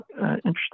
interesting